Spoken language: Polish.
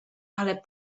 ale